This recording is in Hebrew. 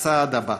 הצעד הבא.